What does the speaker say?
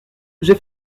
j’ai